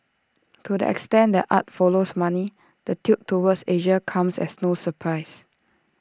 to the extent that art follows money the tilt toward Asia comes as no surprise